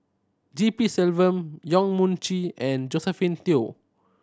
G P Selvam Yong Mun Chee and Josephine Teo